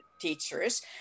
teachers